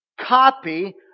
copy